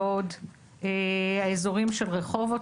לוד והאזורים של רחובות,